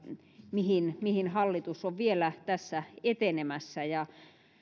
mihin mihin hallitus on vielä tässä etenemässä ja